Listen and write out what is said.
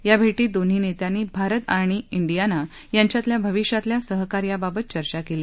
या भेटीत दोन्ही नेत्यांनी भारत आणि डियाना यांच्यातल्या भविष्यातल्या सहकार्याबाबत चर्चा केली